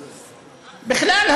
בכלל,